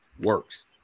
works